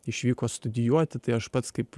išvyko studijuoti tai aš pats kaip